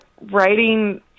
writing